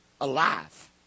alive